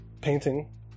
painting